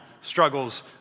struggles